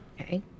Okay